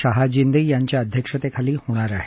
शहाजिंदे यांच्या अध्यक्षतेखाली होणार आहे